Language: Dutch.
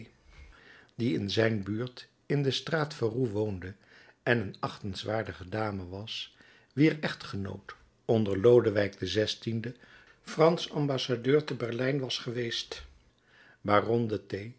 die in zijne buurt in de straat ferou woonde en een achtenswaardige dame was wier echtgenoot onder lodewijk xvi fransch ambassadeur te berlijn was geweest